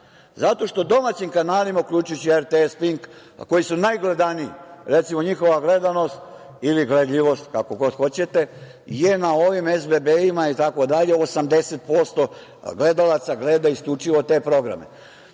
Zato što domaćim kanalima, uključujući RTS, Pink, koji su najgledaniji, recimo, njihova gledanost ili gledljivost, kako god hoćete, je na ovim SBB-ima itd. 80% gledalaca gleda isključivo te programe.